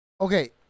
Okay